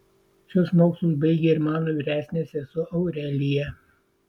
šiuos mokslus baigė ir mano vyresnė sesuo aurelija